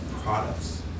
products